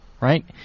right